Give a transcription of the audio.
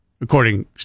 according